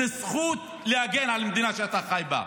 זאת זכות להגן על המדינה שאתה חי בה,